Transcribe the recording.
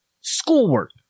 schoolwork